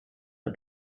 der